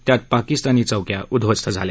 त्यात पाकिस्तानी चौक्या उद्ववस्त झाल्या